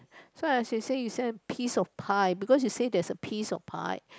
so as you say you say piece of pie because you say there is a piece of pie